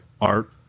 art